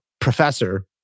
professor